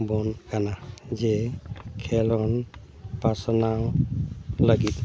ᱵᱚᱱ ᱠᱟᱱᱟ ᱡᱮ ᱠᱷᱮᱹᱞᱳᱰ ᱯᱟᱥᱱᱟᱣ ᱞᱟᱹᱜᱤᱫ